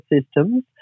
systems